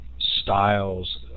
styles